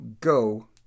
go